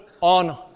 on